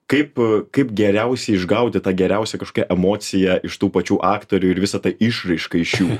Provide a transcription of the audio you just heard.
kaip kaip geriausiai išgauti tą geriausią kažkokią emociją iš tų pačių aktorių ir visa tą išraišką iš jų